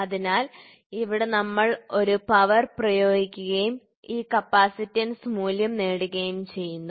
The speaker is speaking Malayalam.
അതിനാൽ ഇവിടെ നമ്മൾ ഒരു പവർ പ്രയോഗിക്കുകയും ഈ കപ്പാസിറ്റൻസ് മൂല്യം നേടുകയും ചെയ്യുന്നു